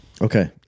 Okay